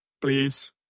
please